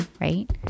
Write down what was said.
right